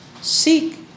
Seek